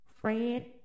Fred